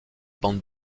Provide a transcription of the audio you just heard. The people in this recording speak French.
bandes